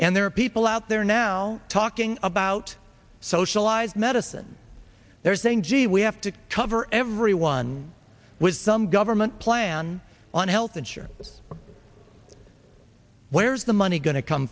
and there are people out there now talking about socialized medicine they're saying gee we have to cover everyone with some government plan on health insurance where's the money going to come